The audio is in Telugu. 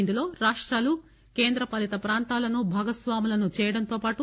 ఇందులో రాష్టాలు కేంద్రపాలిత ప్రాంతాలను భాగస్వాములను చేయడంతో పాటు